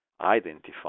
identify